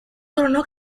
coronó